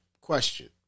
question